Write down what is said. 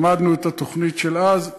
למדנו את התוכנית של אז,